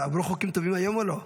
עברו חוקים טובים היום, או לא?